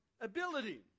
ability